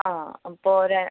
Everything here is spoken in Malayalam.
ആ അപ്പമൊരു